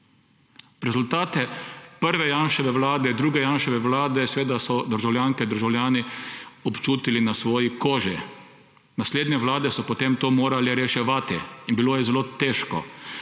Rezultate prve Janševe vlade, druge Janševe vlade seveda so državljanke in državljani občutili na svoji koži. Naslednje vlade so potem to morale reševati in bilo je zelo težko.